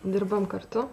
dirbam kartu